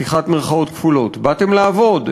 פתיחת מירכאות כפולות: "באתם לעבוד,